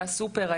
היה סופר,